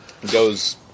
Goes